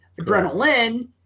Adrenaline